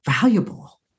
valuable